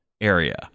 area